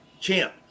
Champ